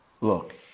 Look